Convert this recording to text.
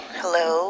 hello